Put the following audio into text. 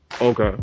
Okay